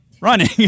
running